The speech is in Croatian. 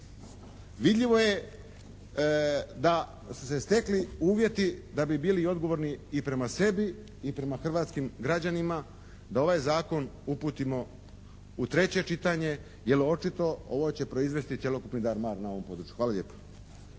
Vidljivo je da su se stekli uvjeti da bi bili odgovorni i prema sebi i prema hrvatskim građanima da ovaj Zakon uputimo u treće čitanje jer očito ovo će proizvesti cjelokupni dar mar na ovom području. Hvala lijepo.